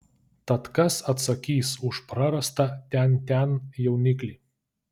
tad kas atsakys už prarastą tian tian jauniklį